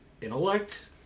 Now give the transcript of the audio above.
intellect